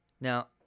Now